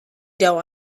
dough